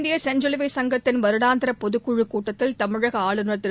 இந்திய செஞ்சிலுவைச் சங்கத்தின் வருடாந்தர பொதுக்குழுக் கூட்டத்தில் தமிழக ஆளுநர் திரு